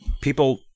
people